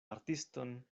artiston